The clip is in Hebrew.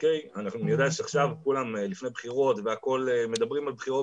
אני יודע שעכשיו כולם לפני בחירות והכול מדברים על בחירות,